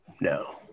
No